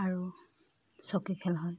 আৰু চকী খেল হয়